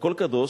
הכול קדוש,